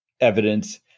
evidence